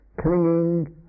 clinging